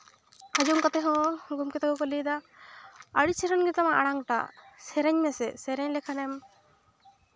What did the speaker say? ᱟᱸᱡᱚᱢ ᱠᱟᱛᱮᱦᱚᱸ ᱜᱚᱢᱠᱮ ᱛᱟᱠᱚ ᱠᱚ ᱞᱟᱹᱭᱫᱟ ᱟᱹᱰᱤ ᱪᱮᱦᱨᱟᱱ ᱜᱮᱛᱟᱢᱟ ᱟᱲᱟᱝᱴᱟᱜ ᱥᱮᱨᱮᱧ ᱢᱮᱥᱮ ᱥᱮᱨᱮᱧ ᱞᱮᱠᱷᱟᱱᱮᱢ